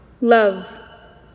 love